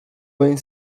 weń